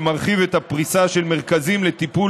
ומרחיב את הפריסה של מרכזים לטיפול